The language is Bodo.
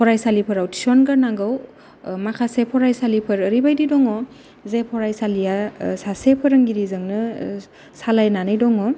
फरायसालिफोराव थिसनगोरनांगौ माखासे फरायसालिफोर ओरैबायदि दङ जे फरायसालिया सासे फोरोंगिरिजोंनो सालायनानै दङ